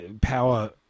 power